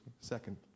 second